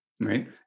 right